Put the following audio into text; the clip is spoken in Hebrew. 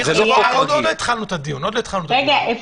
אמרתי כבר אתמול,